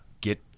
Get